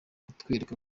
kutwereka